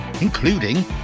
including